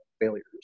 failures